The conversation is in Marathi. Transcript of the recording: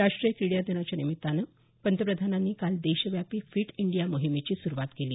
राष्ट्रीय क्रीडा दिनाच्या निमित्तानं पंतप्रधानांनी काल देशव्यापी फिट इंडिया मोहिमेची सुरुवात केली